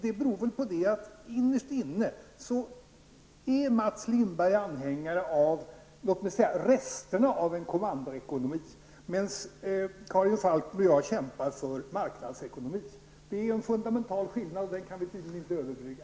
Det beror väl på att Mats Lindberg innerst inne är en avhängare av resterna av en kommandoekonomi, medan Karin Falkmer och jag kämpar för marknadsekonomi. Det är en fundamental skillnad, och den kan vi tydligen inte överbrygga.